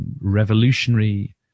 revolutionary